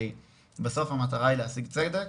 בסוף המטרה היא להשיג צדק